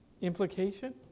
Implication